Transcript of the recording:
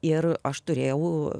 ir aš turėjau